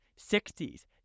60s